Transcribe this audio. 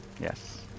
yes